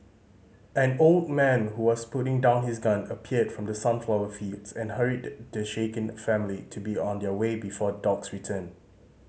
an old man who was putting down his gun appeared from the sunflower fields and hurried the shaken family to be on their way before dogs return